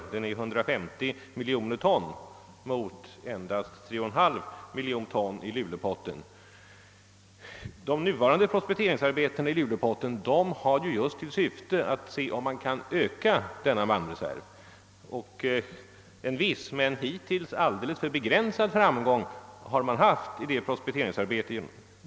Den är på 150 miljoner ton mot endast 3,5 miljoner ton i Lulepotten. De nuvarande prospekteringsarbetena i Lulepotten har till uppgift att undersöka om denna malmreserv har större omfattning än vi nu vet. En viss men hittills alldeles för begränsad framgång har nåtts i detta prospekteringsarbete.